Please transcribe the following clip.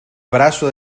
brazo